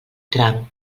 tram